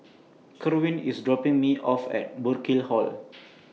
Kerwin IS dropping Me off At Burkill Hall